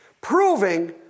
Proving